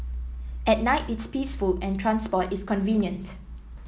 at night it's peaceful and transport is convenient